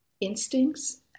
instincts